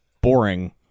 boring